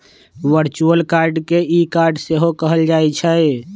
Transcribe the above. virtual card के e card सेहो कहल जाइ छइ